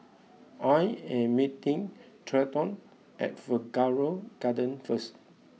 I am meeting Trenton at Figaro Gardens first